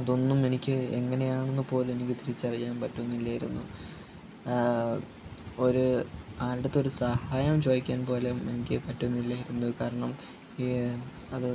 അതൊന്നും എനിക്ക് എങ്ങനെയാണെന്ന് പോലും എനിക്ക് തിരിച്ചറിയാൻ പറ്റുന്നില്ലായിരുന്നു ഒരു ആളുടെ അടുത്ത് ഒരു സമയം ചോദിക്കാൻ പോലും എനിക്ക് പറ്റുന്നില്ലായിരുന്നു കാരണം അത്